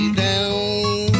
down